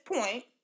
point